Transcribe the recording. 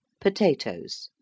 potatoes